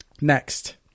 Next